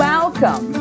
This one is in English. Welcome